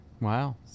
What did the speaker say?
Wow